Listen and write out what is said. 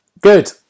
Good